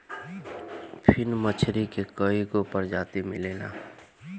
फिन मछरी के कईगो प्रजाति मिलेला